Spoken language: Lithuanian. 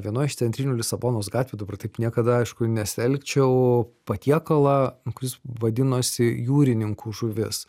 vienoj iš centrinių lisabonos gatvių dabar taip niekada aišku nesielgčiau patiekalą kuris vadinosi jūrininkų žuvis